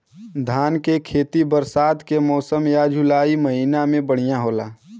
धान के खेती बरसात के मौसम या जुलाई महीना में बढ़ियां होला?